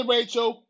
Rachel